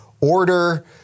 Order